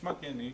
כשמה כן היא,